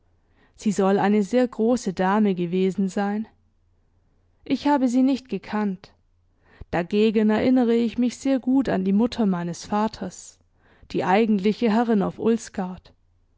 sie soll eine sehr große dame gewesen sein ich habe sie nicht gekannt dagegen erinnere ich mich sehr gut an die mutter meines vaters die eigentliche herrin auf